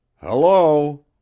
Hello